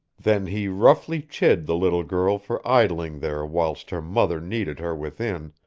then he roughly chid the little girl for idling there whilst her mother needed her within,